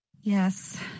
Yes